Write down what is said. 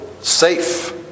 safe